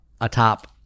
atop